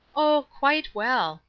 oh, quite well.